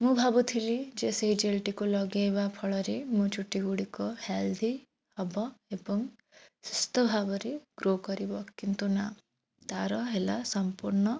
ମୁଁ ଭାବୁଥିଲି ଯେ ସେଇ ଜେଲ୍ଟିକୁ ଲଗେଇବା ଫଳରେ ମୋ ଚୁଟିଗୁଡ଼ିକ ହେଲ୍ଦି ହବ ଏବଂ ସୁସ୍ଥ ଭାବରେ ଗ୍ରୋ କରିବ କିନ୍ତୁ ନା ତା'ର ହେଲା ସମ୍ପୂର୍ଣ୍ଣ